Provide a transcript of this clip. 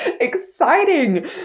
exciting